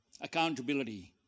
Accountability